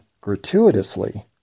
gratuitously